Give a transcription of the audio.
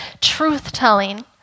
truth-telling